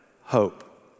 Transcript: Hope